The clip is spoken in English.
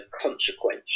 consequence